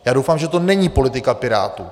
Já doufám, že to není politika Pirátů.